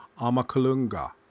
Amakalunga